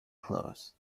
clothes